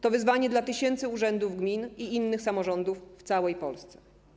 To wyzwanie dla tysięcy urzędów gmin i innych samorządów w całej Polsce.